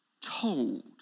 told